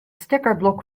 stekkerblok